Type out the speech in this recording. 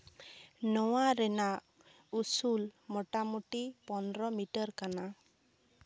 ᱱᱚᱣᱟ ᱨᱮᱱᱟᱜ ᱩᱥᱩᱞ ᱢᱳᱴᱟᱢᱩᱴᱤ ᱯᱚᱱᱨᱚ ᱢᱤᱴᱟᱨ ᱠᱟᱱᱟ